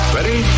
Ready